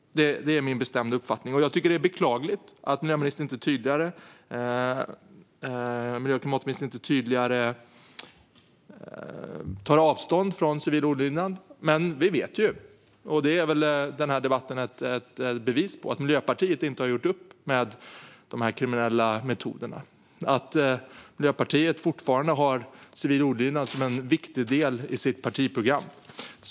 Det är min bestämda uppfattning. Jag tycker att det är beklagligt att miljö och klimatministern inte tydligare tar avstånd från civil olydnad. Vi vet dock att Miljöpartiet inte har gjort upp med de här kriminella metoderna, och det är väl den här debatten ett bevis på. Miljöpartiet har fortfarande civil olydnad som en viktig del i sitt partiprogram.